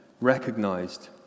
recognized